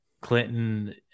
Clinton